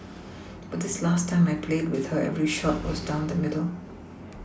but this last time I played with her every shot was down the middle